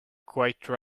quite